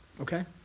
Okay